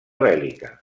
bèl·lica